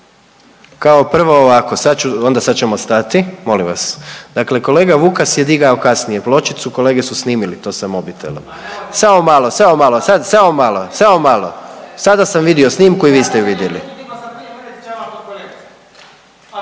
Kao prvo ovako sad ću, onda sad ćemo stati, molim vas, dakle kolega Vukas je digao kasnije pločicu, kolege su snimili to sa mobitelom. …/Upadica Vukas se ne razumije/…. Samo malo, samo malo, sad, samo malo, samo malo, sada sam vidio snimku i vi ste ju vidjeli.